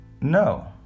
No